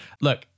Look